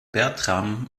bertram